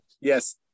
Yes